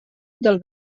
del